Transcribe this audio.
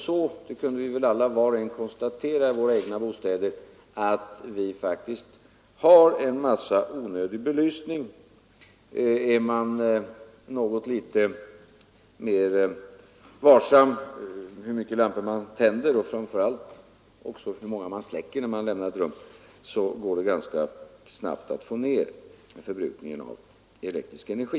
Vi kunde väl alla i våra egna bostäder konstatera att vi faktiskt hade en massa onödig belysning. Är man något mera varsam med hur många lampor man tänder och framför allt släcker när man lämnar ett rum, går det ganska snabbt att få ned förbrukningen av elektrisk energi.